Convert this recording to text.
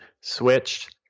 switched